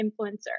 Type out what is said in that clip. influencer